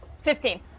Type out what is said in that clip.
Fifteen